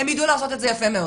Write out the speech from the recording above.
הם ידעו לעשות את זה יפה מאוד.